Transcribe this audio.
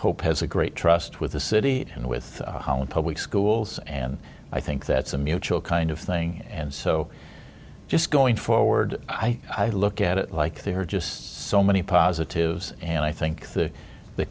hope has a great trust with the city and with holland public schools and i think that's a mutual kind of thing and so just going forward i'd look at it like they are just so many positives and i think the